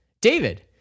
David